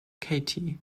katie